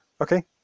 Okay